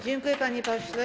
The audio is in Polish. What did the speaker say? Dziękuję, panie pośle.